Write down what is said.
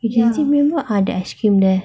you can still remember ah the ice cream there